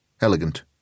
Elegant